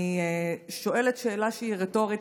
אני שואלת שאלה שהיא רטורית.